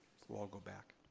we'll all go back